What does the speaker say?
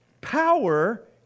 Power